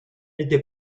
était